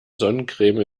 sonnencreme